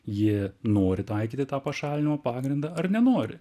ji nori taikyti tą pašalinimo pagrindą ar nenori